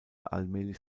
allmählich